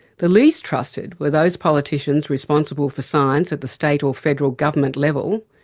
the least trusted were those politicians responsible for science at the state or federal government level,